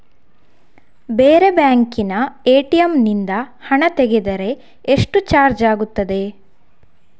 ಬೇರೆ ಬ್ಯಾಂಕಿನ ಎ.ಟಿ.ಎಂ ನಿಂದ ಹಣ ತೆಗೆದರೆ ಎಷ್ಟು ಚಾರ್ಜ್ ಆಗುತ್ತದೆ?